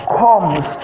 comes